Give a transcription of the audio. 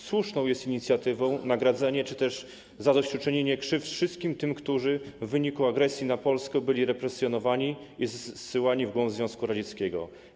Słuszną jest inicjatywą nagrodzenie czy też zadośćuczynienie krzywdom, jeżeli chodzi o wszystkich tych, którzy w wyniku agresji na Polskę byli represjonowani i zsyłani w głąb Związku Radzieckiego.